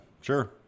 Sure